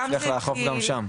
בוודאי.